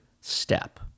step